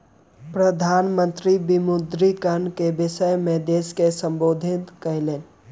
प्रधान मंत्री विमुद्रीकरण के विषय में देश के सम्बोधित कयलैन